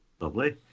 lovely